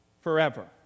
forever